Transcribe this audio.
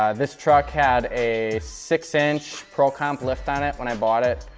ah this truck had a six-inch pro comp lift on it when i bought it.